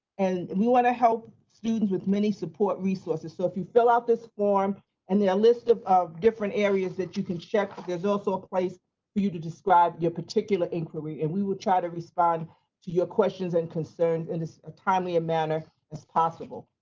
and we want to help students with many support resources. so if you fill out this form and there's a list of of different areas that you can check, there's also a place for you to describe your particular inquiry and we'll try to respond to your questions and concerns in as ah timely a manner as possible.